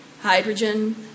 hydrogen